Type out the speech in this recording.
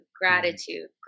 gratitude